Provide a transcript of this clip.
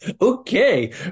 Okay